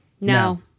no